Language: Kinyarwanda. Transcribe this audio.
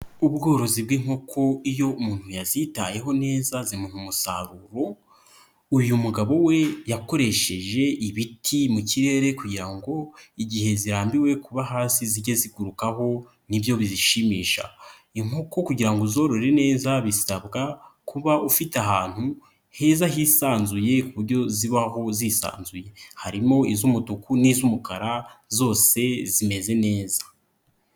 Ubworozi bw'inkoko iyo umuntu yazitayeho neza zimuha umusaruro, uyu mugabo we yakoresheje ibiti mu kirere kugira ngo igihe zirambiwe kuba hasi zijye zigurukaho nibyo bizishimisha, inkoko kugira ngo uzorore neza bisabwa kuba ufite ahantu heza hisanzuye ku buryo zibaho zisanzuye harimo iz'umutuku n'iz'umukara zose zimeze neza.